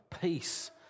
peace